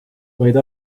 vaid